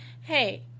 hey